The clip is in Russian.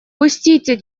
пустите